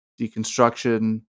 deconstruction